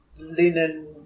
linen